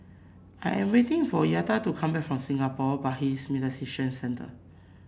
I am waiting for Yetta to come back from Singapore Buddhist Meditation Centre